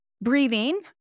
breathing